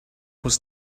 was